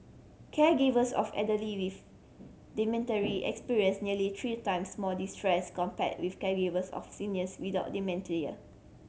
caregivers of elderly with experienced nearly three times more distress compared with caregivers of seniors without dementia